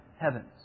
Heavens